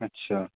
اچھا